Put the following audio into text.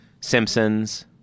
Simpsons